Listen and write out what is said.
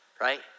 right